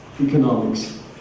economics